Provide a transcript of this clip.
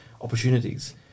opportunities